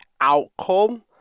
outcome